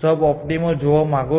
સબ optimal જવા માંગો છો